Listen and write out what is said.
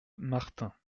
martin